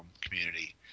community